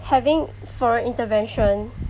having foreign intervention